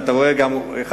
אתה יודע שיש שר כזה?